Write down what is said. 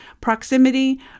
proximity